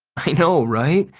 i know, right?